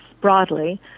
broadly